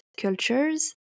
cultures